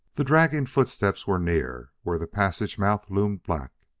the dragging footsteps were near, where the passage mouth loomed black.